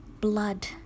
blood